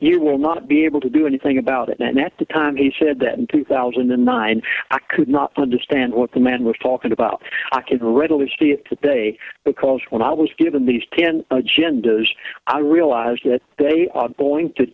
you will not be able to do anything about it at the time he said that in two thousand and nine i could not understand what the man was talking about i can readily see it today because when i was given these ten agendas i realized that they are going to